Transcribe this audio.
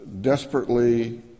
desperately